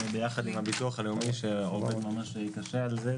ביחד עם הביטוח הלאומי שעובד ממש קשה על זה,